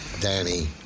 Danny